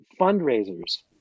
fundraisers